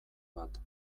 bat